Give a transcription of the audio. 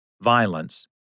violence